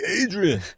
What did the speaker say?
adrian